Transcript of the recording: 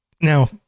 Now